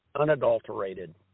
unadulterated